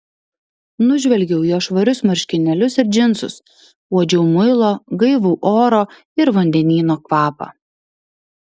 nužvelgiau jo švarius marškinėlius ir džinsus uodžiau muilo gaivų oro ir vandenyno kvapą